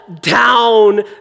down